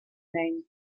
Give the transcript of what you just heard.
name